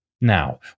Now